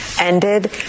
ended